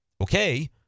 Okay